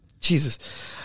jesus